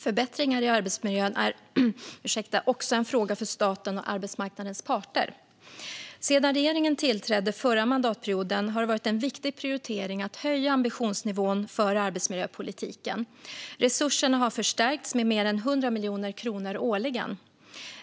Förbättringar i arbetsmiljön är också en fråga för staten och arbetsmarknadens parter. Sedan regeringen tillträdde förra mandatperioden har det varit en viktig prioritering att höja ambitionsnivån för arbetsmiljöpolitiken. Resurserna har förstärkts med mer än 100 miljoner kronor årligen.